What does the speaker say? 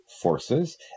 Forces